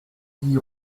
dix